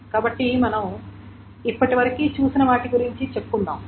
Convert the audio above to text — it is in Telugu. కాబట్టి మనం ఇప్పటివరకు చూసిన వాటి గురించి చెప్పుకుందాం